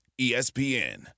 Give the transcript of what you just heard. ESPN